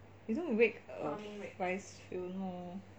you don't rake a rice field no